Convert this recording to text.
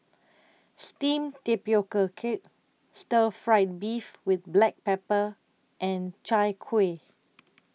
Steamed Tapioca Cake Stir Fried Beef with Black Pepper and Chai Kuih